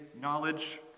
knowledge